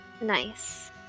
Nice